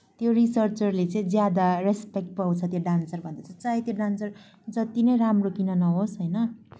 त्यो रिसर्चरले चाहिँ ज्यादा रेस्पेक्ट पाउँछ त्यो डान्सरभन्दा चाहिँ चाहे त्यो डान्सर जति नै राम्रो किन नहोस् होइन